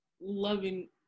loving